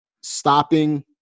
stopping